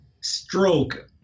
stroke